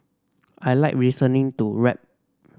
I like listening to rap